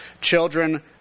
Children